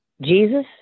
Jesus